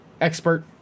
expert